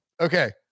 Okay